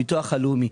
הלאומי.